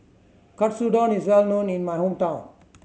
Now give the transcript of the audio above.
katsudon is well known in my hometown